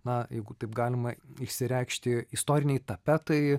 na jeigu taip galima išsireikšti istoriniai tapetai